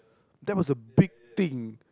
that was a big thing